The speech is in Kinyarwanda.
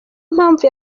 mpavu